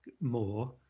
more